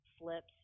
slips